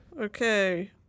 Okay